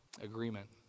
agreement